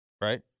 right